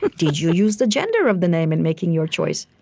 did you use the gender of the name in making your choice?